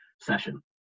session